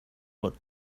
what